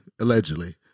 Allegedly